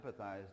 empathize